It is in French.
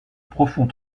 profond